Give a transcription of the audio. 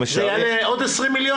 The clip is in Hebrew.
עוד 20 מיליון?